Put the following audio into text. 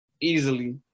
easily